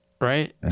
Right